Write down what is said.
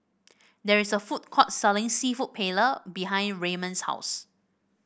there is a food court selling seafood Paella behind Raymon's house